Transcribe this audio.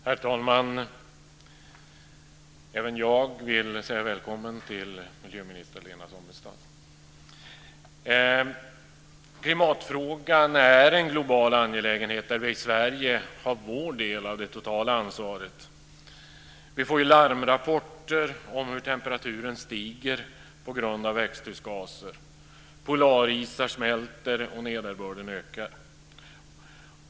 Herr talman! Även jag vill säga välkommen till miljöminister Lena Sommestad. Klimatfrågan är en global angelägenhet, och vi i Sverige har vår del av det totala ansvaret. Vi får ju larmrapporter om hur temperaturen stiger på grund av växthusgaser. Polarisar smälter, och nederbörden ökar.